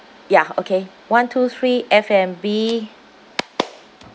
ya okay one two three F&B